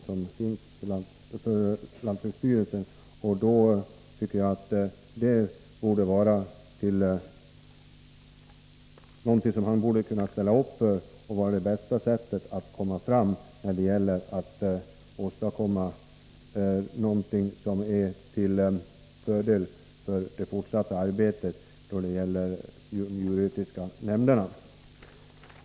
Jag tycker det är något som Jörn Svensson borde kunna ställa upp för såsom det bästa sättet att åstadkomma något som är till fördel för de djuretiska nämndernas fortsatta arbete.